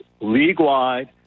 league-wide